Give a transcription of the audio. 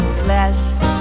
blessed